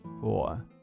Four